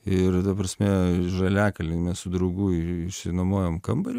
ir ta prasme žaliakalny mes su draugu išsinuomojom kambarį